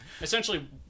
essentially